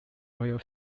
royal